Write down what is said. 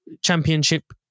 championship